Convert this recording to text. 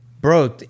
bro